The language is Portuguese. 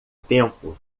tempo